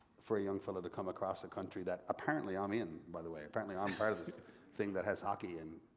for a young fella to come across the country, that apparently i'm in, by the way. apparently, i'm part of this thing that has hockey and